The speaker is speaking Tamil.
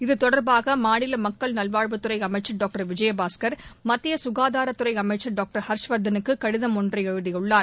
இதுதொடர்பாக மாநில மக்கள் நல்வாழ்வுத்துறை அமைச்சர் டாக்டர் சிவிஐயபாஸ்கர் மத்திய சுகாதாரத்துறை அமைச்சர் டாக்டர் ஹர்ஷ்வர்தனுக்கு கடிதம் ஒன்றை எழுதியுள்ளார்